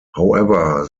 however